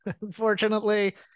unfortunately